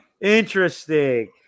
Interesting